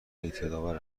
اعتیادآور